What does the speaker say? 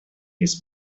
his